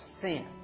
sin